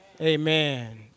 Amen